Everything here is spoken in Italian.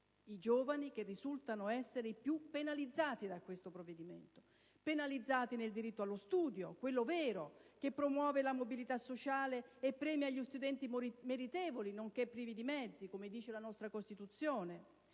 i giovani, che risultano essere i più penalizzati da questo provvedimento: penalizzati nel diritto allo studio, quello vero, che promuove la mobilità sociale e premia gli studenti meritevoli, nonché privi di mezzi, come recita la nostra Costituzione.